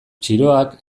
txiroak